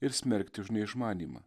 ir smerkti už neišmanymą